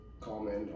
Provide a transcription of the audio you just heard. comment